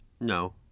No